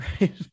Right